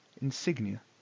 insignia